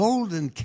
Golden